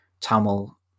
Tamil